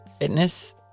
fitness